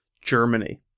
Germany